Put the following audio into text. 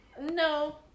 No